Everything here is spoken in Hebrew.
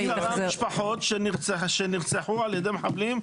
יש משפחות שנרצחו על ידי מחבלים,